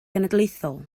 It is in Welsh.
genedlaethol